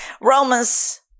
Romans